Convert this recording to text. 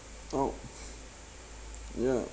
oh ya